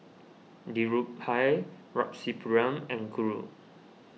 Dhirubhai Rasipuram and Guru